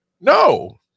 No